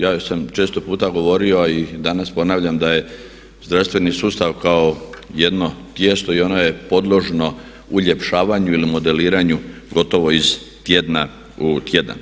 Ja sam često puta govorio a i danas ponavljam da je zdravstveni sustav kao jedno tijesto i ono je podložno uljepšavanju ili modeliranju gotovo iz tjedna u tjedan.